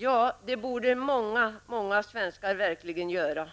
Ja, det borde många svenskar verkligen göra.